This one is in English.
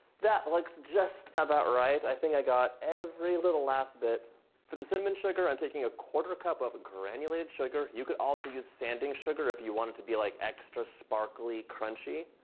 that likes just about right i think i got every little last bit for the cinnamon sugar and um taking a quarter cup of granulated sugar. you could also use sanding sugar if you want it to be like extra sparkly crunchy.